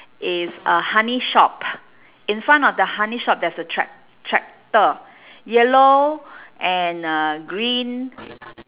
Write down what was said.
is a honey shop in front of the honey shop there's a tract~ tractor yellow and uh green